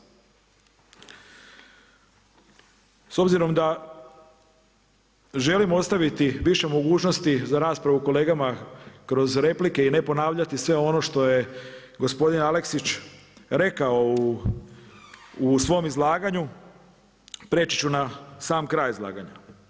S obzirom da želim ostaviti više mogućnosti za raspravu kolegama kroz replike i ne ponavljati sve ono što je gospodin Aleksić rekao u svom izlaganju, prijeći ću na sam kraj izlaganja.